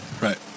Right